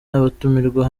n’abatumirwa